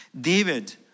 David